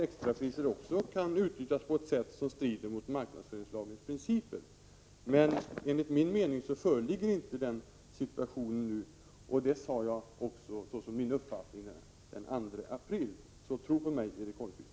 Extrapriser kan utnyttjas på ett sätt som strider mot marknadsföringslagens principer, men enligt min mening föreligger inte den situationen nu. Det sade jag också såsom min uppfattning den 2 april. Så tro på mig, Erik Holmkvist!